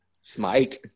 Smite